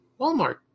Walmart